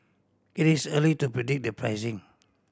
it is early to predict the pricing